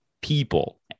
people